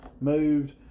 Moved